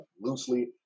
loosely